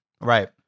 Right